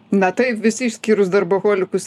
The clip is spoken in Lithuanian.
na taip visi išskyrus darboholikus